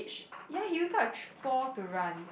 ya you wake up at th~ four to run